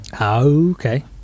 Okay